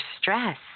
stress